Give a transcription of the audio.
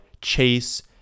Chase